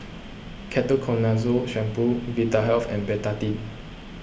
Ketoconazole Shampoo Vitahealth and Betadine